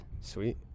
Sweet